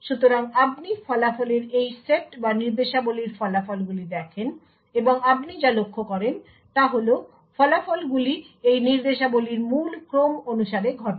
সুতরাং আপনি ফলাফলের এই সেট বা এই নির্দেশাবলীর ফলাফলগুলি দেখেন এবং আপনি যা লক্ষ্য করেন তা হল ফলাফলগুলি এই নির্দেশাবলীর মূল ক্রম অনুসারে ঘটে